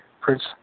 Prince